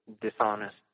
dishonest